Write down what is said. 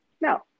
No